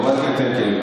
חברת הכנסת ינקלביץ',